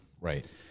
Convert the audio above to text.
right